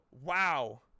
wow